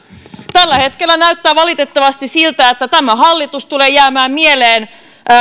tällä hetkellä näyttää valitettavasti siltä että tämä hallitus tulee jäämään mieleen